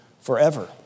forever